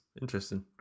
Interesting